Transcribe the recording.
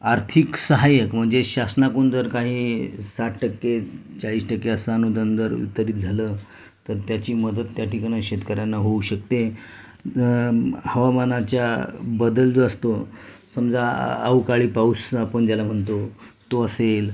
आर्थिक सहायक म्हणजे शासनाकून जर काही साठ टक्के चाळीस टक्के अस अनुदान जर उत्तरित झालं तर त्याची मदत त्या ठिकाणी शेतकऱ्यांना होऊ शकते हवामानाच्या बदल जो असतो समजा अवकाळी पाऊस आपन ज्याला म्हणतो तो असेल